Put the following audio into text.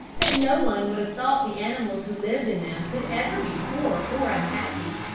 that no one would have thought the animals who lived in them could ever be poor or unhappy.